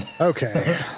okay